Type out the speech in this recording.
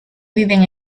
viven